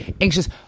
Anxious